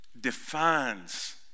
defines